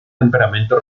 temperamento